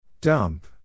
Dump